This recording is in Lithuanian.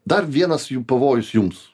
dar vienas jum pavojus jums